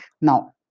Now